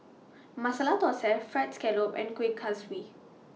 Masala Thosai Fried Scallop and Kuih Kaswi